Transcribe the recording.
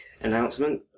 announcement